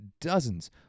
dozens